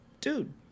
dude